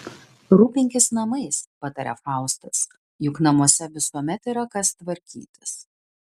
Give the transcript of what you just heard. rūpinkis namais pataria faustas juk namuose visuomet yra kas tvarkytis